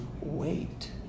wait